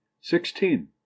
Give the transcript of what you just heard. sixteen